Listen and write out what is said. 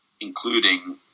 including